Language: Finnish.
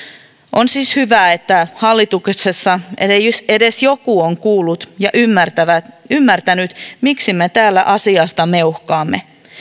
on siis hyvä että hallituksessa edes joku on kuullut ja ymmärtänyt miksi me täällä asiasta meuhkaamme